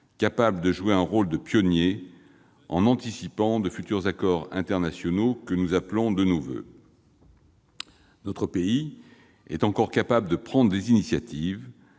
capable de jouer un rôle de pionnier en anticipant de futurs accords internationaux, que nous appelons de nos voeux. Il est encore capable de prendre des initiatives,